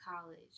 college